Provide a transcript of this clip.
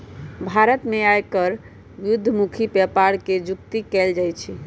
भारत में आयकर उद्धमुखी प्रकार से जुकती कयल जाइ छइ